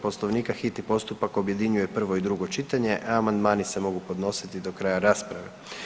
Poslovnika hitni postupak objedinjuje prvo i drugo čitanje, a amandmani se mogu podnositi do kraja rasprave.